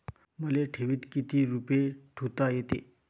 मले ठेवीत किती रुपये ठुता येते?